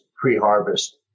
pre-harvest